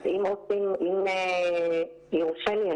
אם יורשה לי,